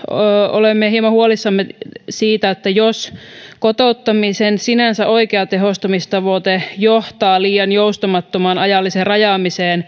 olemme hieman huolissamme siitä jos kotouttamisen sinänsä oikea tehostamistavoite johtaa liian joustamattomaan ajalliseen rajaamiseen